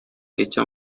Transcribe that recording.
icyo